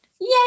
yay